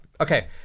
Okay